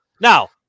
Now